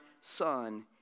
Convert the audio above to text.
son